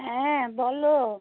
হ্যাঁ বলো